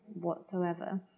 whatsoever